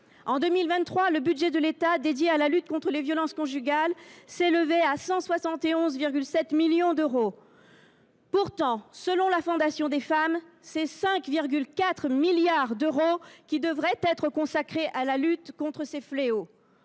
En 2023, le budget de l’État dédié à la lutte contre les violences conjugales s’élevait à 171,7 millions d’euros. Pourtant, selon la Fondation des femmes, ce sont 5,4 milliards d’euros qui devraient être consacrés à la lutte contre ce fléau